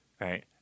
right